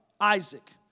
Isaac